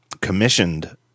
commissioned